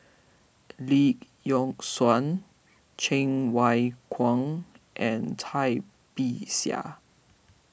Lee Yock Suan Cheng Wai Keung and Cai Bixia